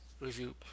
review